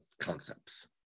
concepts